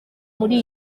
muri